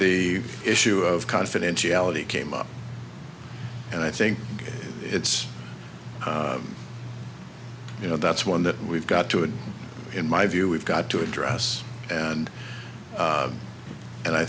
the issue of confidentiality came up and i think it's you know that's one that we've got to it in my view we've got to address and and i